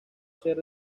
ser